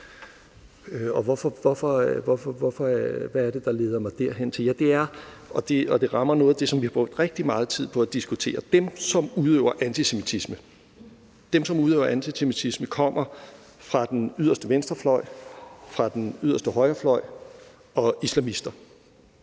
Og hvad er det, der leder mig derhen? Jamen det er, at det rammer noget af det, som vi har brugt rigtig meget tid på at diskutere. Dem, som udøver antisemitisme, kommer fra den yderste venstrefløj, fra den yderste højrefløj og fra